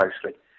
closely